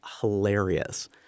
hilarious